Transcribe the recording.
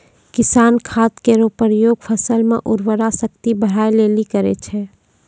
किसान खाद केरो प्रयोग फसल म उर्वरा शक्ति बढ़ाय लेलि करै छै